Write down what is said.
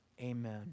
Amen